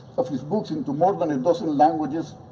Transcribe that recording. of his books into more than a dozen languages,